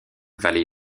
valley